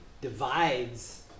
divides